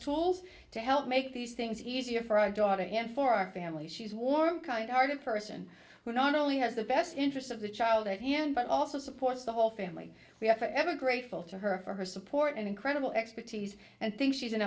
tools to help make these things easier for our daughter and for our families she's warm kind hearted person who not only has the best interests of the child but also supports the whole family we are forever grateful to her for her support and incredible expertise and think she's an